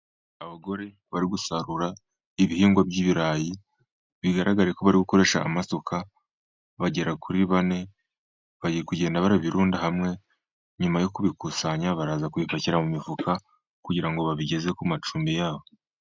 Abagore bari gusarura ibihingwa by'ibirayi, bigaragare ko bari gukoresha amasuka bagera kuri bane, bari kugenda barabirunda hamwe. Nyuma yo kubikusanya baraza gupakira mu mifuka kugira ngo babigeze ku macumbi yabo.